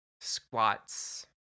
squats